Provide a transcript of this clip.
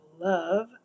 love